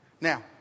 Now